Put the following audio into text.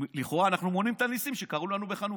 לכאורה אנחנו מונים את הניסים שקרו לנו בחנוכה.